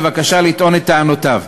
בבקשה לטעון את טענותיו.